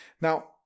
Now